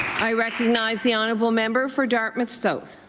i recognize the honourable member for dartmouth south.